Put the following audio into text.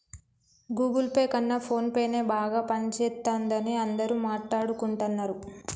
Google Pay కన్నా ఫోన్పేనే బాగా పనిజేత్తందని అందరూ మాట్టాడుకుంటన్నరు